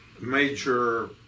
major